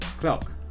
clock